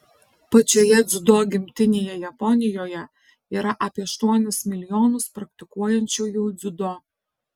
pačioje dziudo gimtinėje japonijoje yra apie aštuonis milijonus praktikuojančiųjų dziudo